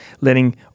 letting